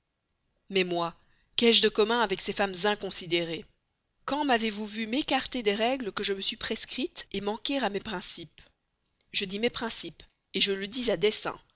mais moi qu'ai-je de commun avec ces femmes inconsidérées quand m'avez-vous vue m'écarter des règles que je me suis prescrites manquer à mes principes je dis mes principes je le dis à dessein